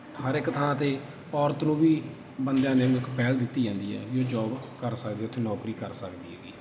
ਹਰ ਇੱਕ ਥਾਂ 'ਤੇ ਔਰਤ ਨੂੰ ਵੀ ਬੰਦਿਆਂ ਦੇ ਪਹਿਲ ਦਿੱਤੀ ਜਾਂਦੀ ਹੈ ਵੀ ਉਹ ਜੋਬ ਕਰ ਸਕਦੀ ਹੈ ਉੱਥੇ ਨੋਕਰੀ ਕਰ ਸਕਦੀ ਹੈਗੀ